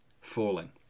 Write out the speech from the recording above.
Falling